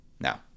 Now